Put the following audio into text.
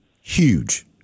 huge